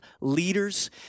leaders